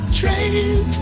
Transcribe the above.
train